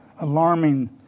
alarming